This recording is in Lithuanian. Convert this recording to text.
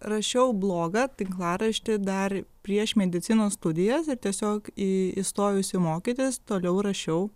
rašiau blogą tinklaraštį dar prieš medicinos studijas ir tiesiog į įstojusi mokytis toliau rašiau